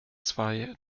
zwei